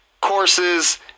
courses